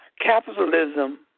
Capitalism